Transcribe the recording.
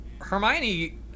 Hermione